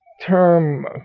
term